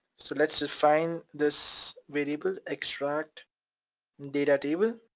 so let's define this variable. extract data table,